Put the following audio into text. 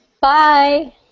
Bye